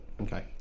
Okay